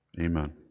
Amen